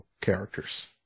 characters